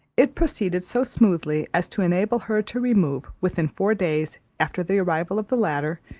it proceeded so smoothly as to enable her to remove, within four days after the arrival of the latter,